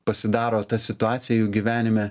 pasidaro ta situacija jų gyvenime